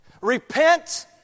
Repent